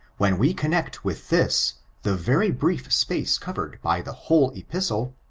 when we connect with this the very brief space covered by the whole episde,